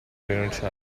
rinunciare